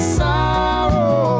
sorrow